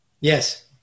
Yes